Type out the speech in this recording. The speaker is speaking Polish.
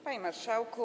Panie Marszałku!